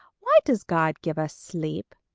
why does god give us sleep?